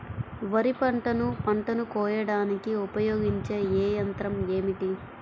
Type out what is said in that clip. వరిపంటను పంటను కోయడానికి ఉపయోగించే ఏ యంత్రం ఏమిటి?